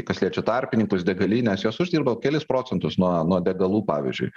kas liečia tarpininkus degalines jos uždirba kelis procentus nuo nuo degalų pavyzdžiui